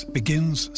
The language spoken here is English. begins